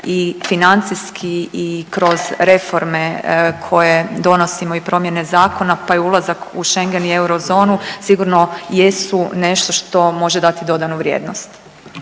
i financijski i kroz reforme koje donosimo i promjene zakona, pa i ulazak u Schengen i eurozonu, sigurno jesu nešto što može dati dodanu vrijednost.